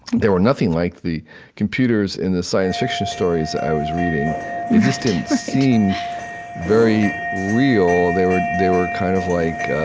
they were nothing like the computers in the science fiction stories i was reading. they just didn't seem very real. they were they were kind of like,